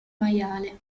maiale